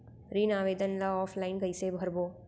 ऋण आवेदन ल ऑफलाइन कइसे भरबो?